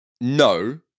no